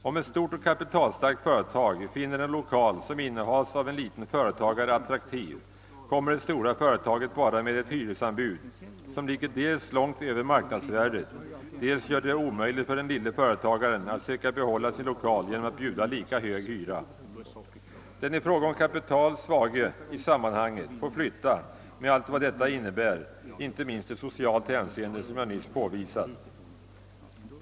Om ett stort och kapitalstarkt företag finner en lokal som innehas av en liten företagare attraktiv, så kommer det stora företaget bara med ett hyresanbud som dels ligger långt över marknadsvärdet, dels gör det omöjligt för den lille företagaren att söka behålla sin lokal genom att bjuda lika hög hyra. Den i fråga om kapital svage i sammanhanget får flytta. Med allt vad detta innebär, icke minst i socialt hänseende som jag nyss påvisat.